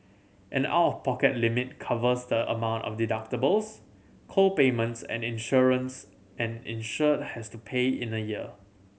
and out of pocket limit covers the amount of deductibles co payments and insurance an insured has to pay in a year